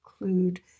include